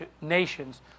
nations